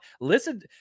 Listen